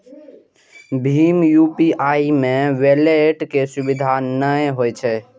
भीम UPI मे wallet के सुविधा नै होइ छै